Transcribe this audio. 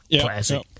Classic